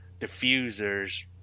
diffusers